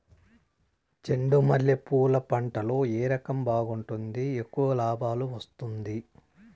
చెండు మల్లె పూలు పంట లో ఏ రకం బాగుంటుంది, ఎక్కువగా లాభాలు వస్తుంది?